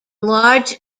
large